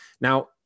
now